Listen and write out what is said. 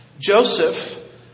Joseph